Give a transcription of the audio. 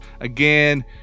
again